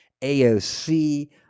AOC